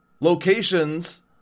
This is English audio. Locations